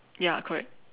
ya correct